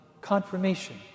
confirmation